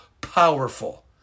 powerful